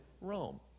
Rome